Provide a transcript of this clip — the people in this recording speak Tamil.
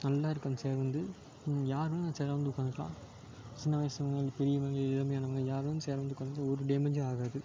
நல்லா இருக்குது அந்த சேரு வந்து யார் வேணால் அந்த சேரில் வந்து உட்காந்துக்கலாம் சின்ன வயசுங்க இல்லை பெரியவங்க இளமையானவங்க யார் வேணால் அந்த சேரில் வந்து உட்காந்தாலும் ஒரு டேமேஜும் ஆகாது